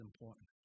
important